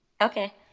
okay